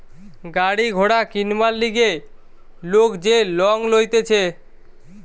গাড়ি ঘোড়া কিনবার লিগে লোক যে লং লইতেছে